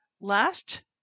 Last